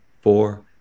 four